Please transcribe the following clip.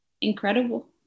incredible